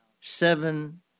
seven